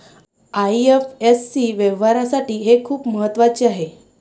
IFSC व्यवहारासाठी हे खूप महत्वाचे आहे